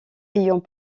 ayant